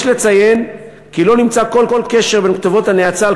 יש לציין כי לא נמצא כל קשר בין כתובות הנאצה על